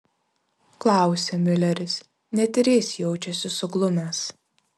klausia miuleris net ir jis jaučiasi suglumęs